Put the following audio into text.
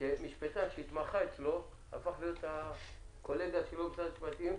שמשפטן שהתמחה אצלו הפך להיות הקולגה שלו במשרד המשפטים,